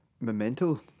Memento